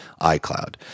iCloud